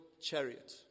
chariot